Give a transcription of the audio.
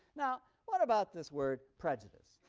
now what about this word prejudice?